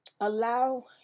allow